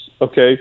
Okay